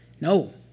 No